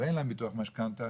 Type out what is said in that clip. ואין להם ביטוח משכנתא,